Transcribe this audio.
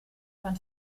von